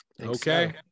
okay